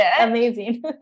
Amazing